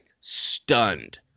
stunned